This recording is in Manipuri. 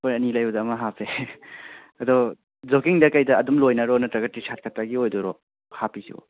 ꯍꯣꯏ ꯑꯅꯤ ꯂꯩꯕꯗ ꯑꯃ ꯍꯥꯞꯄꯦ ꯑꯗꯣ ꯖꯣꯒꯤꯡꯗ ꯀꯩꯗ ꯑꯗꯨꯝ ꯂꯣꯏꯅꯔꯣ ꯅꯠꯇ꯭ꯔꯒ ꯇꯤ ꯁꯥꯔꯠ ꯈꯛꯇꯒꯤ ꯑꯣꯏꯗꯣꯏꯔꯣ ꯍꯥꯞꯄꯤꯁꯤꯕꯣ